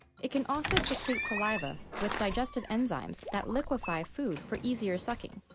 it can also secrete saliva with digestive enzymes that liquefy food for easier sucking.